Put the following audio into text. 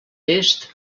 est